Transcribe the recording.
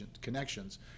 connections